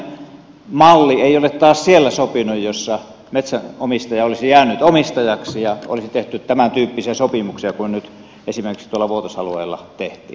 sellainen malli ei ole taas siellä sopinut jossa metsäomistaja olisi jäänyt omistajaksi ja olisi tehty tämäntyyppisiä sopimuksia kuin nyt esimerkiksi tuolla vuotosalueella tehtiin